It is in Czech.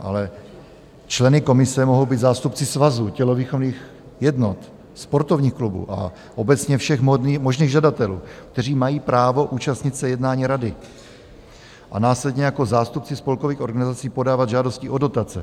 Ale členy komise mohou být zástupci svazů, tělovýchovných jednot, sportovních klubů a obecně všech možných žadatelů, kteří mají právo účastnit se jednání rady a následně jako zástupci spolkových organizací podávat žádosti o dotace.